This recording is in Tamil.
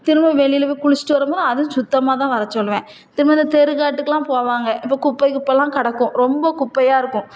திரும்பவும் வெளியில் போய் குளிச்சுட்டு வரும்போது அதுவும் சுத்தமாக தான் வர சொல்லுவேன் திரும்ப இந்த தெருக்காட்டுக்கெலாம் போவாங்க இப்போ குப்பை கிப்பைலாம் கிடக்கும் ரொம்ப குப்பையாக இருக்கும்